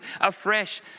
afresh